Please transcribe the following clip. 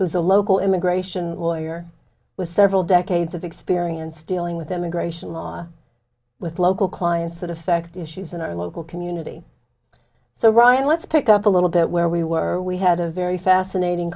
was a local immigration lawyer with several decades of experience dealing with immigration law with local clients that affect issues in our local community so ryan let's pick up a little bit where we were we had a very fascinating